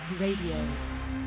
Radio